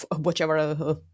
whichever